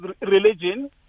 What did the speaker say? religion